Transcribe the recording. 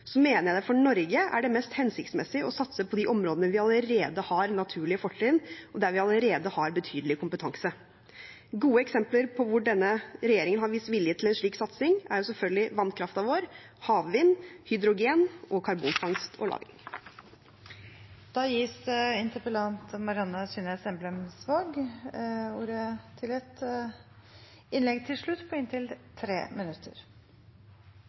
mener jeg det for Norge er mest hensiktsmessig å satse på de områdene der vi allerede har naturlige fortrinn, og der vi allerede har betydelig kompetanse. Gode eksempler på hvor denne regjeringen har vist vilje til slik satsing, er selvfølgelig vannkraften vår, havvind, hydrogen og karbonfangst og -lagring. Jeg blir kontaktet daglig av fagfolk som sier at dette er økonomisk drivverdig, og at dette bør vi satse på.